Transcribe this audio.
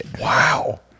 Wow